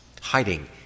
hiding